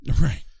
Right